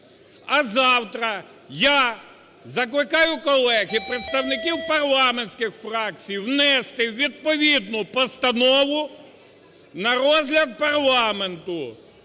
А завтра я закликаю колег і представників парламентських фракцій внести відповідну постанову на розгляд парламенту,